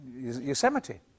Yosemite